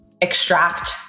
extract